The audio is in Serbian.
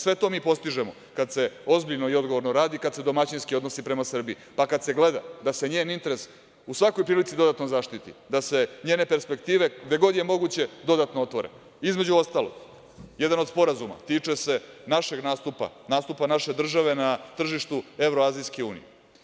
Sve to mi postižemo kad se ozbiljno i odgovorno radi, kad se domaćinski odnosi prema Srbiji, pa kad se gleda da se njen interes u svakoj prilici dodatno zaštiti, da se njene perspektive gde god je moguće dodatno otvore, između ostalog, jedan od Sporazuma tiče se našeg nastupa, nastupa naše države na tržištu Evroazijske unije.